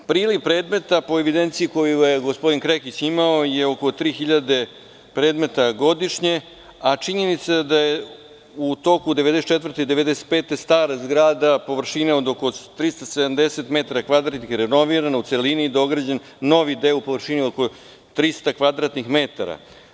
Priliv predmeta po evidenciji koju je gospodin Krekić imao je oko 3000 predmeta godišnje, a činjenica da je u toku 1994. i 1995. godine, stara zgrada površine od oko 370 metara kvadratnih renovirana i dograđen novi deo u površini od oko 300 kvadratnih metara.